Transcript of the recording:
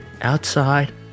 Outside